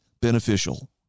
beneficial